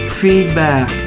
feedback